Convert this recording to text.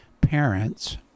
parents